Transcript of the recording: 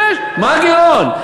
מה הגירעון?